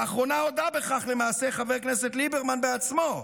לאחרונה הודה בכך למעשה חבר הכנסת ליברמן בעצמו,